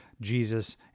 Jesus